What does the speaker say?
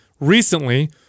recently